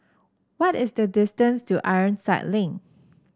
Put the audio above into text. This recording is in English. what is the distance to Ironside Link